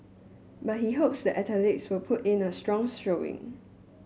but he hopes the athletes will put in a strong's showing